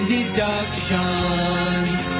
Deductions